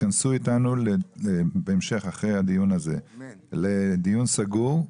תתכנסו איתנו בהמשך אחרי הדיון הזה לדיון סגור,